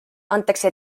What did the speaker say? antakse